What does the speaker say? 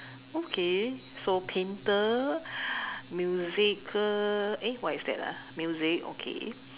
okay so painter musical eh what is that ah music okay